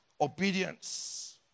obedience